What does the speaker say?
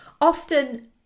Often